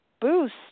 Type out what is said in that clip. boost